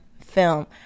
film